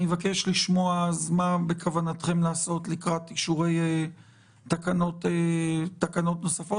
אבקש לשמוע מה בכוונתכם לעשות לקראת אישורי תקנות נוספות.